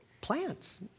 Plants